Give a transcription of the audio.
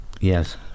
Yes